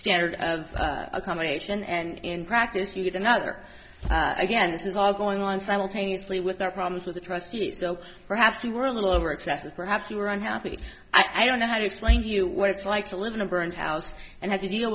standard of accommodation and in practice you get another again it was all going on simultaneously with our problems with the trustees so perhaps you were a little over excessive perhaps you were unhappy i don't know how to explain to you what it's like to live in a burned house and have to deal